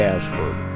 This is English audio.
Ashford